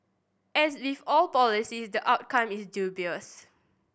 as with all policies the outcome is dubious